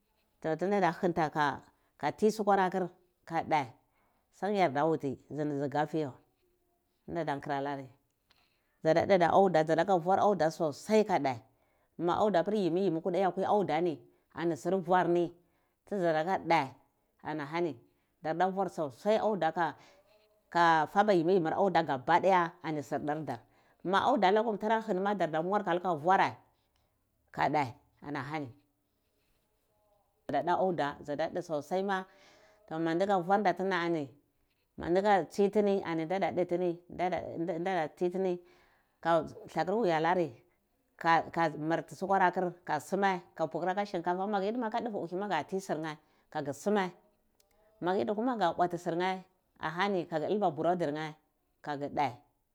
To ti ndha nhinta ka ti sukar akir ka dhe san yarda huti gafiya ndanda nkira alar dzada dde auda dzada luka vwar. audu sosai kadhe ma auda pir ma yimi yumi ani sur vworni tu dzua luka dhe anahani darda vwar sosai auda ka fada yimmir yimmir auda ri gabadoye ani sirbanga ma auda lakum tara hi nima darda luka vwareh ka dhe anahani dzada dhu auda dzada dha gosoi to mandu luka vwar nda tina ani manduko tsi tini ani ndada dti tini nda da tini ka dlakur wuya lari kaka marti sukar akir kasuma ka shin kafa magu yidima aka duvir uhi ma gha tir surnhe agu suma magu yid kuma ga bwati sirnhe ahan aga duba luradir nhch